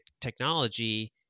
technology